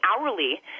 hourly